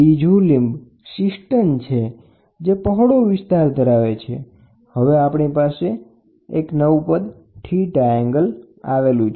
બીજું લીંબ સીસ્ટર્ન ટાંકી જેવુ છે જે પહોળો વિસ્તાર ધરાવે છે હવે આપણી પાસે નવું પદ θ ઉમેરાયું છે